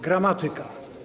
Gramatyka.